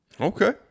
Okay